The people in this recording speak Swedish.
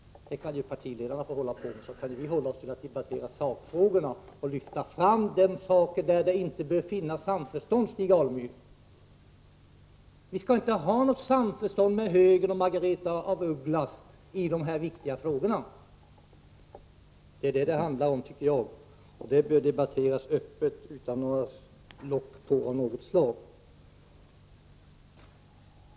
Det kan ju partiledarna få hålla på med, så kan vi debattera sakfrågorna och lyfta fram de frågor där det inte bör finnas samförstånd, Stig Alemyr. Vi skall inte ha något samförstånd med högern och Margaretha af Ugglas i dessa viktiga frågor! Det är detta det handlar om, och det bör debatteras öppet utan att man på något sätt lägger locket på.